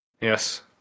Yes